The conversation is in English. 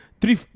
Three